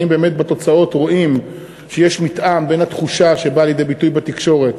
אם באמת בתוצאות רואים שיש מתאם בין התחושה שבאה לידי ביטוי בתקשורת